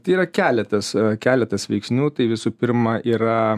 yra keletas keletas veiksnių tai visų pirma yra